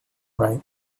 write